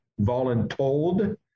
voluntold